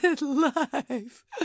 life